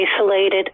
isolated